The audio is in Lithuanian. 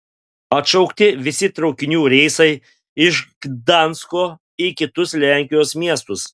atšaukti visi traukinių reisai iš gdansko į kitus lenkijos miestus